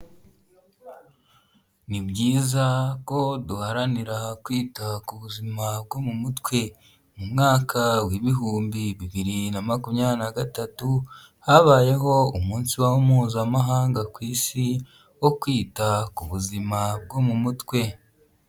Ni byiza ko duharanira kwita ku buzima bwo mu mutwe, mu mwaka w'ibihumbi bibiri na makumyabiri na gatatu, habayeho umunsi Mpuzamahanga ku isi wo kwita ku buzima bwo mu mutwe.